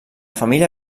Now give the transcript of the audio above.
família